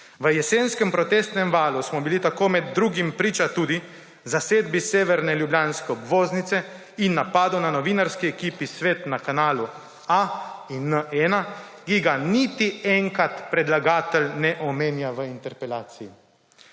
V jesenskem protestnem valu smo bili tako med drugim priče tudi zasedbi severne ljubljanske obvoznice in napadu na novinarski ekipi Svet na Kanalu A in N1, ki ga niti enkrat predlagatelj ne omenja v interpelaciji.